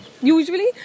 usually